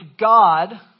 God